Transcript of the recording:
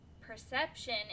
Perception